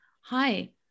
hi